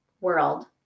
world